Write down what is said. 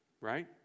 Right